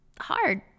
hard